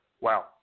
wow